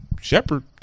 shepherd